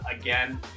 again